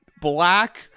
black